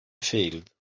field